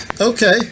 Okay